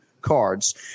cards